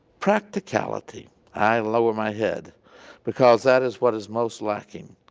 practicality i lower my head because that is what is most lacking